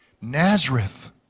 Nazareth